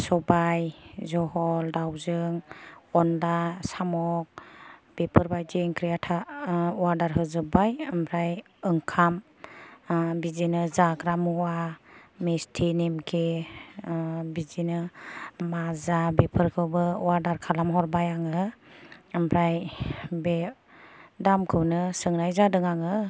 सबाय जहल दावजों अनला साम' बेफोर बादि ओंख्रिया अर्डार होजोबबाय ओमफ्राय ओंखाम बिदिनो जाग्रा मुवा मिस्टि नेमकि बिदिनो माजा बिफोरखौबो अर्डार खालामहरबाय आङो ओमफ्राय बे दामखौनो सोंनाय जादों आङो